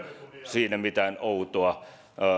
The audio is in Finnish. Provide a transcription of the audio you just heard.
siinä ole mitään outoa